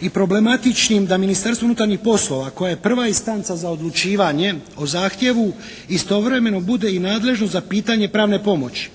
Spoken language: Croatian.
i problematičnim da Ministarstvo unutarnjih poslova koja je prva instanca za odlučivanje o zahtjevu istovremeno bude i nadležno za pitanje pravne pomoći.